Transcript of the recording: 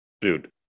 Dude